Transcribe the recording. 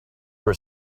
were